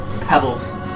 pebbles